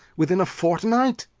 within a fortnight?